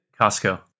Costco